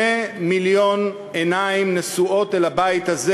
2 מיליון עיניים נשואות אל הבית הזה